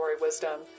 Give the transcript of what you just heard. wisdom